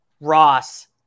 Ross